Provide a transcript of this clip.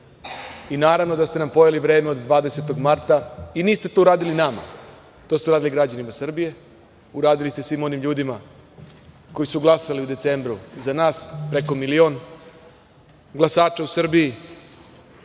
i naravno da ste nam pojeli vreme od 20. marta i niste to radili nama, to ste uradili građanima Srbije, uradili ste svim onim ljudima koji su glasali u decembru za nas, preko milion glasača u